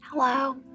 Hello